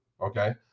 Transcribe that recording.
okay